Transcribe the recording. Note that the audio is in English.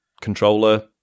controller